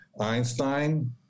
Einstein